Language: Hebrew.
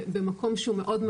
במקום שהוא מאוד,